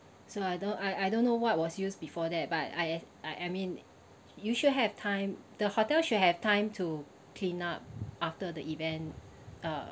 so I don't I I don't know what was used before that but I I I mean you should have time the hotel should have time to clean up after the event uh